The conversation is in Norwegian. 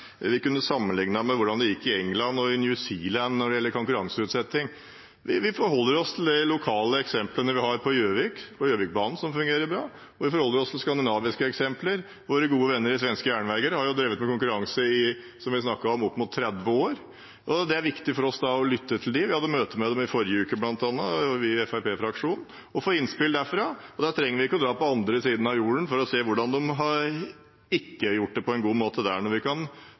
vi kunne sammenligne med hvordan det gikk i England og i New Zealand når det gjelder konkurranseutsetting. Vi forholder oss til de lokale eksemplene vi har, for Gjøvikbanen, som fungerer bra, og vi kan forholde oss til skandinaviske eksempler. Våre gode venner i Svenska Järnvägar har drevet med konkurranse i – som vi snakket om – opp mot tretti år. Det er viktig for oss å lytte til dem. Vi i Fremskrittsparti-fraksjonen hadde møte med dem i forrige uke for å få innspill derfra. Da trenger vi ikke dra på den andre siden av jorden for å se hvordan de ikke har gjort det på en god måte der, når vi kan